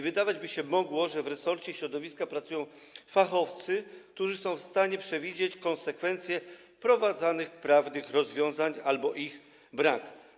Wydawać by się mogło, że w resorcie środowiska pracują fachowcy, którzy są w stanie przewidzieć konsekwencje wprowadzanych rozwiązań prawnych albo ich brak.